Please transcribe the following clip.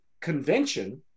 convention